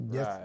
Yes